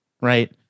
right